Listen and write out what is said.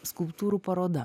skulptūrų paroda